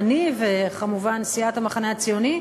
אני וכמובן סיעת המחנה הציוני,